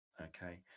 Okay